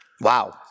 Wow